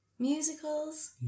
Musicals